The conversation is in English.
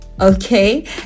Okay